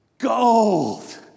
gold